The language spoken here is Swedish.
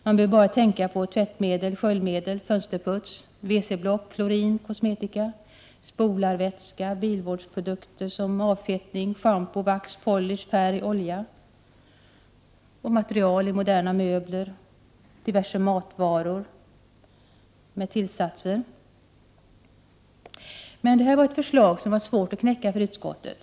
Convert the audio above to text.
Man behöver bara tänka på tvättmedel, sköljmedel, fönsterputs, we-block, Klorin, kosmetika, spolarvätska, bilvårdsprodukter som avfettning, schampo, vax, polish, färg, olja, material i moderna möbler, diverse matvaror med tillsatser osv. Detta var tydligen en svår nöt att knäcka för utskottet.